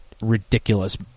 ridiculous